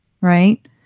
right